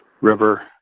river